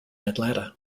atlanta